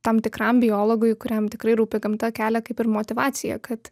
tam tikram biologui kuriam tikrai rūpi gamta kelia kaip ir motyvaciją kad